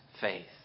faith